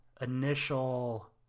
initial